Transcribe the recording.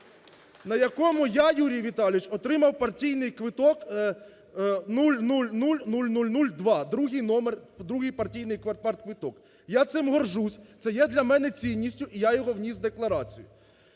на якому я, Юрій Віталійович, отримав партійний квиток 0000002, другий номер, другий партійний партквиток. Я цим горжусь, це є для мене цінністю, і я його вніс у декларацію.